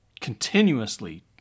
continuously